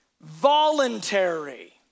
voluntary